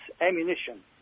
ammunition